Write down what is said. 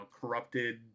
corrupted